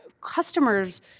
Customers